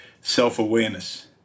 self-awareness